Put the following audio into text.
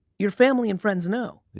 your family and friends know.